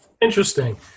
Interesting